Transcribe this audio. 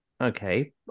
Okay